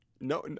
No